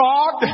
God